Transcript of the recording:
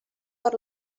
per